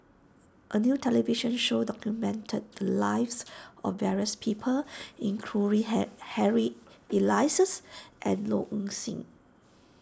a new television show documented the lives of various people including Ha Harry Elias and Low Ing Sing